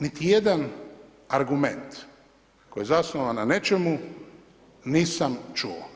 Niti jedan argument koji je zasnovan na nečemu nisam čuo.